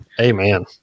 Amen